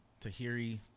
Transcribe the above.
tahiri